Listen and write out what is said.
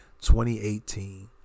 2018